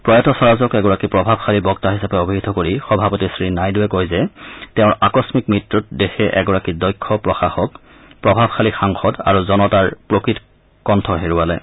প্ৰয়াত স্বৰাজক এগৰাকী প্ৰভাৱশালী বক্তা হিচাপে অভিহিত কৰি সভাপতি শ্ৰী নাইডুৱে কয় যে তেওঁৰ আকস্মিক মৃত্যুত দেশে এগৰাকী দক্ষ প্ৰশাসক প্ৰভাৱশালী সাংসদ আৰু জনতাৰ প্ৰকৃত কণ্ঠ হেৰুৱালে